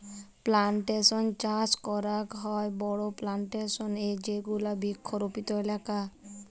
plantation চাস করাক হ বড়ো প্লানটেশন এ যেগুলা বৃক্ষরোপিত এলাকা